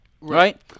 Right